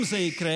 אם זה יקרה,